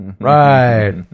Right